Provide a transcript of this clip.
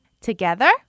Together